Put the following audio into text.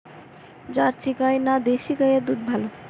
Jersey গাই না দেশী গাইয়ের দুধ ভালো?